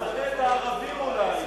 תפנה את הערבים אולי,